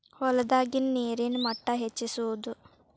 ಹೊಲದಾಗಿನ ನೇರಿನ ಮಟ್ಟಾ ಹೆಚ್ಚಿಸುವದು